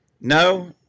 No